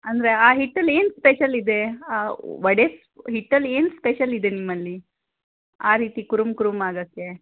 ಅಂದರೆ ಆ ಹಿಟ್ಟಲ್ಲಿ ಏನು ಸ್ಪೆಷಲ್ ಇದೆ ಆ ವಡೆ ಹಿಟ್ಟಲ್ಲಿ ಏನು ಸ್ಪೆಷಲ್ ಇದೆ ನಿಮ್ಮಲ್ಲಿ ಆ ರೀತಿ ಕುರುಮ್ ಕುರುಮ್ ಆಗೋಕ್ಕೆ